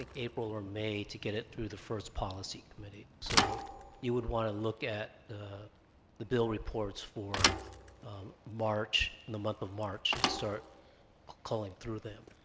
like april are made to get it through the first policy committee so you would want to look at the bill reports for march in the month of march to start calling through them